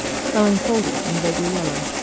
smelling folded and vaguely yellow.